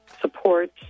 support